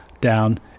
down